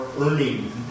earning